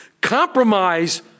compromise